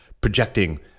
projecting